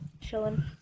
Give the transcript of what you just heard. Chilling